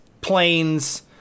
planes